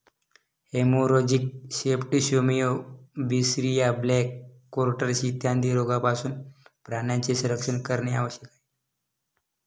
haemorrhagic septicaemia, बिशरिया, black quarters इत्यादी रोगांपासून प्राण्यांचे संरक्षण करणे आवश्यक आहे